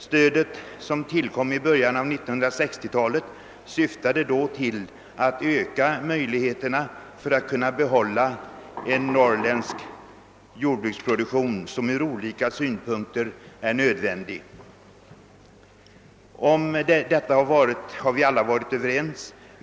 Stödet, som tillkom i början av 1960-talet, syftar till att öka möjligheterna att behålla en norrländsk jordbruksproduktion, vilken från olika synpunkter är nödvändig. Om detta har vi alla varit överens.